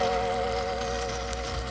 or